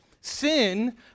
sin